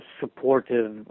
supportive